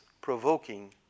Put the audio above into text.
provoking